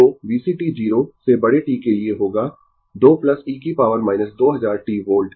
तो VCt 0 से बड़े t के लिए होगा 2 e की पॉवर - 2000 t वोल्ट